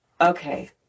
okay